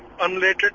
unrelated